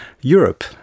Europe